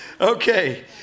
Okay